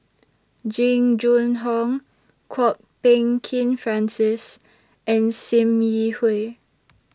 Jing Jun Hong Kwok Peng Kin Francis and SIM Yi Hui